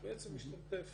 הוא בעצם משתתף